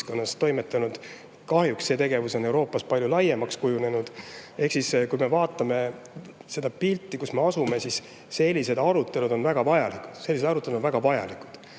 [toime pannud]. Kahjuks on see tegevus Euroopas palju laiemaks kujunenud. Ehk siis, kui me vaatame seda pilti, kus me asume, siis [on selge, et] sellised arutelud on väga vajalikud. Sellised arutelud on väga vajalikud!